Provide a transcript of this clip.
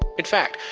in fact,